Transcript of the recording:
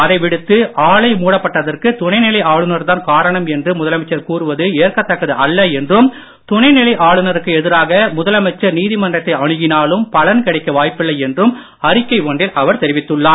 அதை விடுத்து ஆலை மூடப்பட்டதற்கு துணைநிலை ஆளுநர்தான் காரணம் என்று முதலமைச்சர் கூறுவது ஏற்கத்தக்கது அல்ல என்றும் துணைநிலை ஆளுநருக்கு எதிராக முதலமைச்சர் நீதிமன்றத்தை அணுகினாலும் பலன் கிடைக்க வாய்ப்பில்லை என்றும் அறிக்கை ஒன்றில் அவர் கூறியுள்ளார்